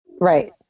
Right